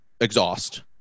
exhaust